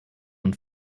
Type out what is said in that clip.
und